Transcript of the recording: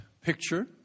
picture